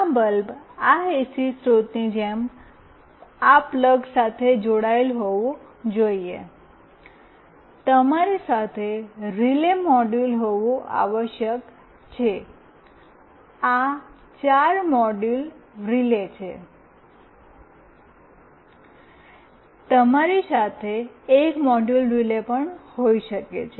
આ બલ્બ આ એસી સ્રોતની જેમ આ પ્લગ સાથે જોડાયેલ હોવું જોઈએ તમારી સાથે રિલે મોડ્યુલ હોવું આવશ્યક છે આ ચાર મોડ્યુલ રિલે છે તમારી સાથે એક મોડ્યુલ રિલે પણ હોઈ શકે છે